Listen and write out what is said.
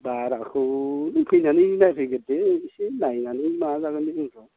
बाराखौ फैनानै नायफैग्रोदो इसे नायनानै मा जागोन इयुनफोराव